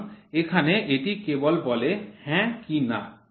সুতরাং এখানে এটি কেবল বলে হ্যাঁ কি না